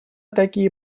такие